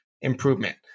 improvement